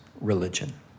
religion